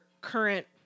current